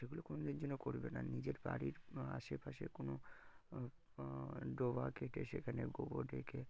সেগুলো কোনোদিনের জন্য করবে না নিজের বাড়ির আশেপাশে কোনো ডোবা কেটে সেখানে গোবর রেখে